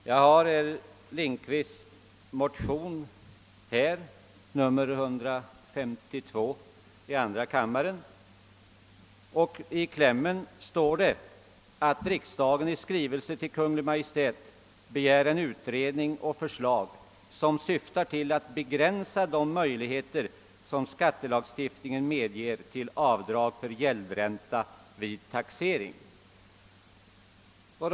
Jag har herr Lindkvists motion — II:152 — här, och jag vill påpeka att det i klämmen hemställes »att riksdagen i skrivelse till Kungl. Maj:t begär en utredning och förslag som syftar till att begränsa de möjligheter som = skattelagstiftningen medger till avdrag för gäldränta vid taxering».